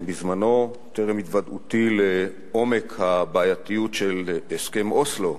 טרם התוודעותי לעומק הבעייתיות של הסכם אוסלו,